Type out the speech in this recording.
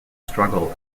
struggle